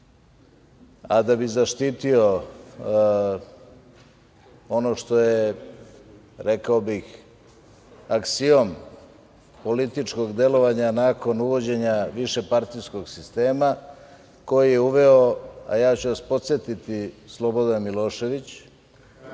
a da bi zaštitio onog što je, rekao bih, aksiom političkog delovanja nakon uvođenja višepartijskog sistema koji je uveo, a ja ću vas podsetiti Slobodan Milošević,